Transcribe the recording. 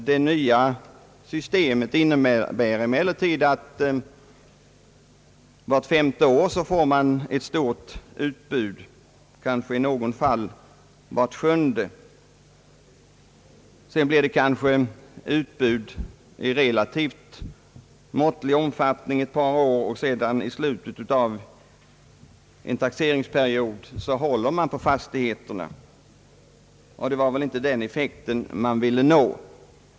Det nya systemet innebär emellertid att man vart femte år, kanske i något fall vart sjunde, får ett stort utbud. Sedan blir det utbud i relativt måttlig omfattning under ett par år, och i slutet av en taxeringsperiod håller man på fastigheterna. Det var väl inte den effekten man ville nå.